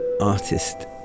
artist